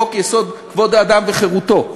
חוק-יסוד: כבוד האדם וחירותו,